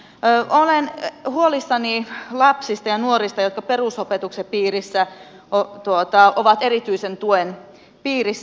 olen huolissani lapsista ja nuorista jotka perusopetuksen piirissä ovat erityisen tuen piirissä